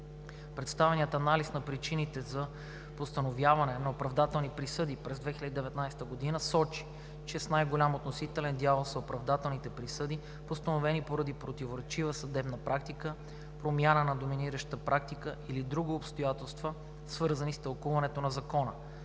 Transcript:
Представеният анализ на причините за постановяване на оправдателните присъди през 2019 г. сочи, че с най-голям относителен дял са оправдателните присъди, постановени поради противоречива съдебна практика, промяна на доминиращата практика или други обстоятелства, свързани с тълкуването на Закона